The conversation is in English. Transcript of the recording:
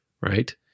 right